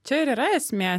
čia ir yra esmė